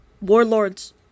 warlords